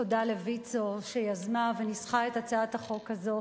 תודה לויצו שיזמה וניסחה את הצעת החוק הזאת.